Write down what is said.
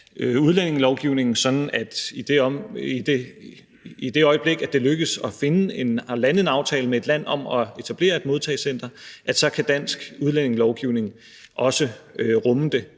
udlændingelovgivning i det øjeblik, at det lykkes at lande en aftale med et land om at etablere et modtagecenter, også kan rumme det,